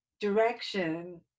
direction